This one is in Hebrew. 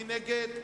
מי נגד?